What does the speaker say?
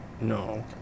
No